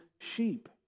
sheep